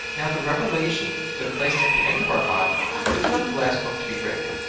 now the revelation, though placed at the end of our bible, was not the last book to be written.